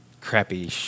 crappy